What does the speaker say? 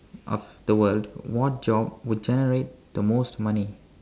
of the world what job would generate the most money